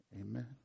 Amen